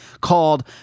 called